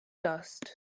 dust